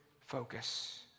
focus